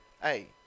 Hey